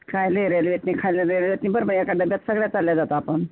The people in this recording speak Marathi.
खायला रेल्वेत नाही खायला रेल्वेत नाही बरं बाई एखाद्या सगळ्याच चालल्या जातो आपण